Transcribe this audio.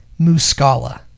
Muscala